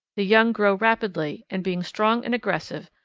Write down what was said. the young grow rapidly and, being strong and aggressive,